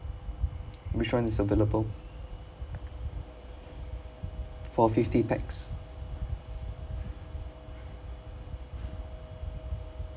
which one is available for fifty pax